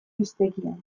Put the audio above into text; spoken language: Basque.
hiztegian